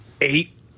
eight